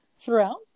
throughout